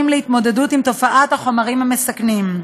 להתמודדות עם תופעת החומרים המסכנים.